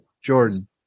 Jordan